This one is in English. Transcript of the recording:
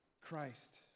Christ